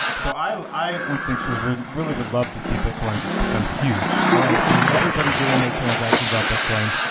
so i instinctually really really would love to see bitcoin just become huge. i want to see everybody doing their transactions on bitcoin,